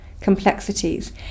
complexities